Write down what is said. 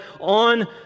on